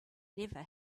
never